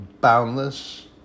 boundless